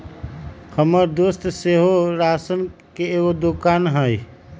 हमर दोस के सेहो राशन के एगो दोकान हइ